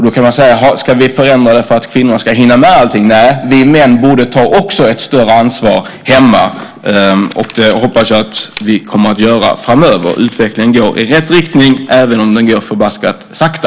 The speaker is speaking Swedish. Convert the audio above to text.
Då kan man säga: Ska vi förändra det för att kvinnorna ska hinna med allting? Nej, vi män borde ta ett större ansvar hemma. Jag hoppas att vi kommer att göra det framöver. Utvecklingen går i rätt riktning, även om den går förbaskat sakta.